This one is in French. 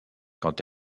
quand